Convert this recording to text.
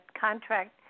contract